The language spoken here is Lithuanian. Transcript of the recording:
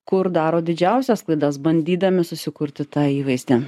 kur daro didžiausias klaidas bandydami susikurti tą įvaizdį